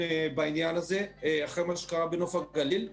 בעניין הזה אחרי מה שקרה בנוף הגליל,